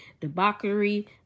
debauchery